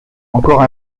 encore